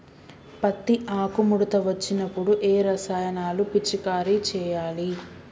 పత్తి ఆకు ముడత వచ్చినప్పుడు ఏ రసాయనాలు పిచికారీ చేయాలి?